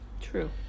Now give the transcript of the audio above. True